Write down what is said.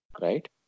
Right